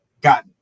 got